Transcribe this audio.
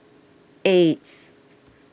eights